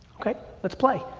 okay, let's play.